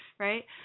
Right